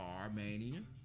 Armenian